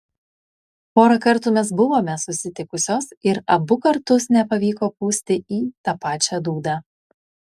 porą kartų mes buvome susitikusios ir abu kartus nepavyko pūsti į tą pačią dūdą